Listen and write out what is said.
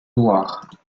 noir